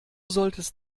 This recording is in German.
solltest